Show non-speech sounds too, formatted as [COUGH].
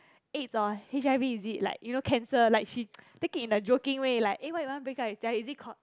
AIDS or h_i_v is it like you know cancer like she take it in a joking way [NOISE] like eh why you want to break up with jia wei is it